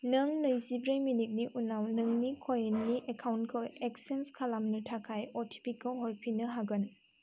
नों नैजिब्रै मिनिटनि उनाव नोंनि क'विननि एकाउन्टखौ एक्सेन्ज खालामनो थाखाय अटिपिखौ हरफिननो हागोन